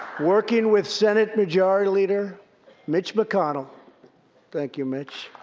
working with senate majority leader mitch mcconnell thank you, mitch.